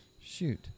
Shoot